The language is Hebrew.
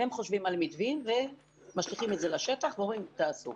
הם חושבים על מתווים ומשליכים את זה לשטח ואומרים: תעשו.